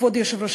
כבוד היושב-ראש,